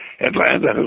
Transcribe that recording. Atlanta